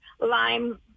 Lime